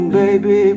baby